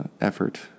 effort